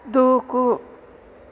దూకు